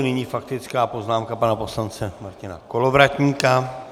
Nyní faktická poznámka pana poslance Martina Kolovratníka.